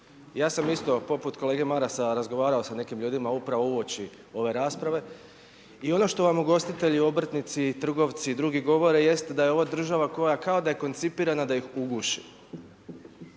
Ja sam isto poput kolege Marasa razgovarao sa nekim ljudima upravo uoči ove rasprave i ono što vam ugostitelji, obrtnici, trgovci i drugi govore jest da je ova država koja kao da je koncipirana da ih uguši.